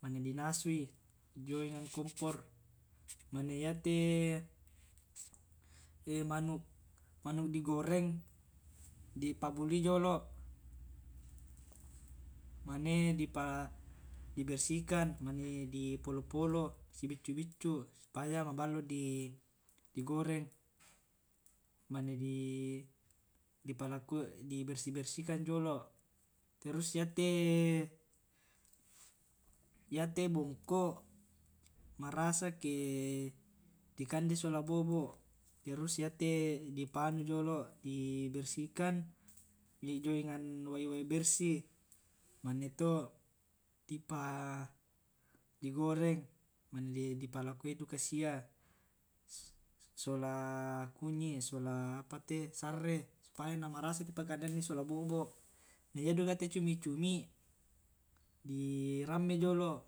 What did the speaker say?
Mane di nasui jio enang kompor mane yate manuk-manuk di goreng dipabuli jolo mane di bersihkan mane di polo polo si beccu beccu supaya maballo di goreng, mane palakoi di bersih-bersihkan jolo', terus yate, yate bongko marasa ke di kande sola bo'bo', terus yate dipanu jolo' di bersihkan jio enang wai-wai bersih maneto' di goreng mane di palakoi duka sia sola kunyi sola apate, sarre supaya namarasa di pakandeang sola bo'bo' na yaduka te cumi-cumi di ramme jolo'